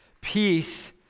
Peace